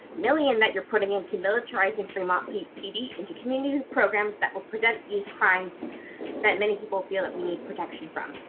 million that you're putting into militarizing fremont pd, into community programs that will present these crimes that many people feel that we need protection from.